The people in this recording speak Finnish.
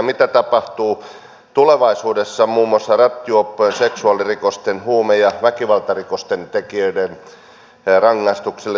mitä tapahtuu tulevaisuudessa muun muassa rattijuoppojen seksuaalirikosten huume ja väkivaltarikosten tekijöiden rangaistuksille